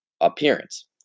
appearance